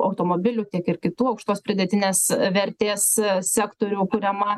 automobilių tiek ir kitų aukštos pridėtinės vertės sektorių kuriama